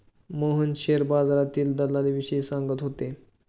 Mohan share बाजारातील दलालीविषयी सांगत होते